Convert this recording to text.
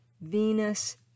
Venus